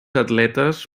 atletes